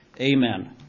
Amen